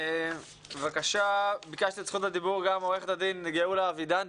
בבקשה עו"ד גאולה אבידן,